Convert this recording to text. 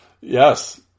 yes